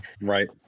right